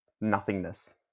nothingness